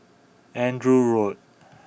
Andrew Road